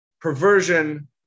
perversion